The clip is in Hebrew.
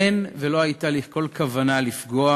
אין ולא הייתה לי כל כוונה לפגוע